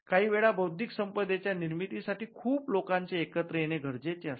काही वेळा बौद्धिक संपदेच्या निर्मिती साठी खूप लोकांचे एकत्र येणे गरजेचे असते